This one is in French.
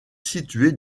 situé